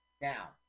Now